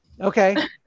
Okay